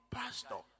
pastor